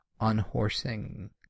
unhorsing